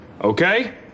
Okay